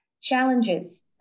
challenges